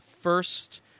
first